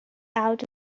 out